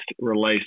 released